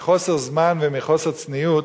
מחוסר זמן ומחוסר צניעות,